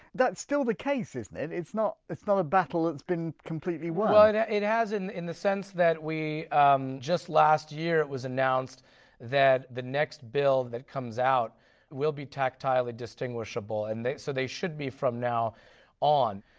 that's still the case, isn't it, it's not it's not a battle that's been completely won? well yeah it has in in the sense that we um just last year it was announced that the next bill that comes out will be tactile and distinguishable, and so they should be from now on.